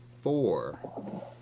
Four